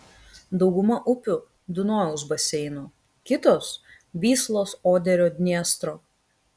dauguma upių dunojaus baseino kitos vyslos oderio dniestro